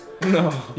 No